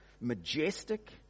majestic